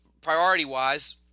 priority-wise